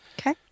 Okay